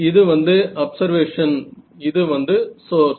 இது வந்து அப்சர்வேஷன் மற்றும் இது வந்து சோர்ஸ்